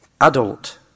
adult